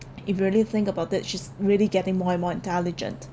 if you really think about it she's really getting more and more intelligent